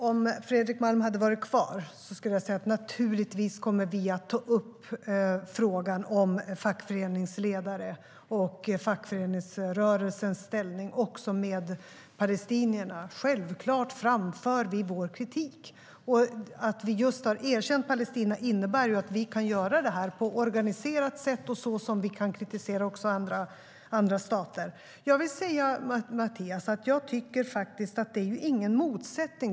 Herr talman! Om Fredrik Malm hade varit kvar skulle jag säga till honom att vi naturligtvis kommer att ta upp frågan om fackföreningsledare och fackföreningsrörelsens ställning även med palestinierna. Det är självklart att vi framför vår kritik. Att vi just har erkänt Palestina innebär att vi kan kritisera på ett organiserat sätt, på det sätt som vi kan kritisera även andra stater. Till Mathias Sundin vill jag säga att det inte finns någon motsättning.